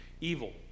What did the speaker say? evil